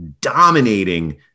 dominating